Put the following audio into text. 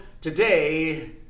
today